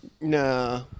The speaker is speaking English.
Nah